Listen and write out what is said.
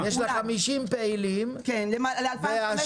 יש לך 50 פעילים -- ל-2,500 חברי מועדון.